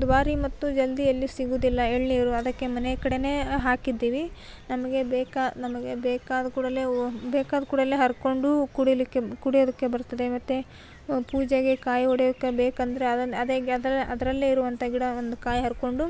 ದುಬಾರಿ ಮತ್ತು ಜಲ್ದಿ ಎಲ್ಲೂ ಸಿಗುವುದಿಲ್ಲ ಎಳನೀರು ಅದಕ್ಕೆ ಮನೆ ಕಡೆಯೇ ಹಾಕಿದ್ದೀವಿ ನಮಗೆ ಬೇಕಾ ನಮಗೆ ಬೇಕಾದ ಕೂಡಲೇ ಓ ಬೇಕಾದ ಕೂಡಲೇ ಹರ್ಕೊಂಡು ಕುಡಿಯಲಿಕ್ಕೆ ಕುಡಿಯೋದಕ್ಕೆ ಬರುತ್ತದೆ ಮತ್ತೆ ಪೂಜೆಗೆ ಕಾಯಿ ಒಡೆಯೋಕೆ ಬೇಕೆಂದರೆ ಅದನ್ನ ಅದೇ ಅದ ಅದರಲ್ಲೇ ಇರುವಂಥ ಗಿಡ ಒಂದು ಕಾಯಿ ಹರ್ಕೊಂಡು